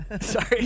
Sorry